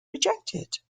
rejected